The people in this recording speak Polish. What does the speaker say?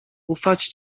ufać